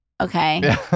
Okay